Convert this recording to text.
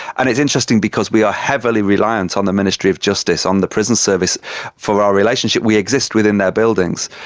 and it's interesting because we are heavily reliant on the ministry of justice, on the prison service for our relationship, we exist within their buildings,